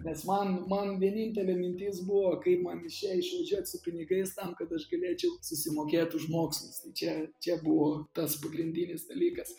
nes man man vienintelė mintis buvo kaip man iš čia išvažiuot su pinigais tam kad aš galėčiau susimokėt už mokslus tai čia čia buvo tas pagrindinis dalykas